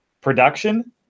production